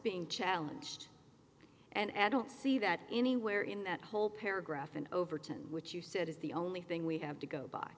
being challenged and add don't see that anywhere in that whole paragraph in overton which you said is the only thing we have to go by